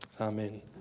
Amen